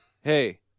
Hey